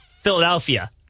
Philadelphia